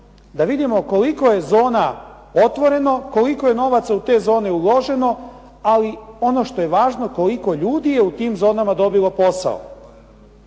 da vidimo koliko je zona otvoreno, koliko je novaca u te zone uloženo ali i ono što je važno koliko ljudi je u tim zonama dobilo posao.